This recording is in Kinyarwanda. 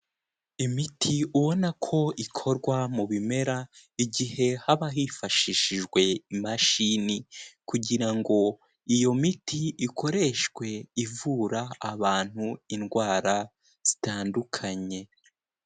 Imiti ubona ko ikorwa mu bimera, igihe haba hifashishijwe imashini kugira ngo iyo miti ikoreshwe ivura abantu indwara zitandukanye.